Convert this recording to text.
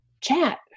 chat